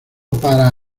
para